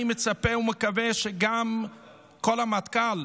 אני מצפה ומקווה שגם כל המטכ"ל,